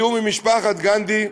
בתיאום עם משפחת גנדי,